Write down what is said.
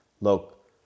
look